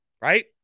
right